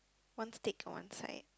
one steak and one side